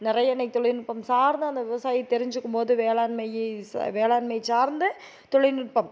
நிறைய இன்றைக்கு தொழில்நுட்பம் சார்ந்து அந்த விவசாயி தெரிஞ்சிக்கும் போது வேளாண்மை இ ச வேளாண்மை சார்ந்து தொழில்நுட்பம்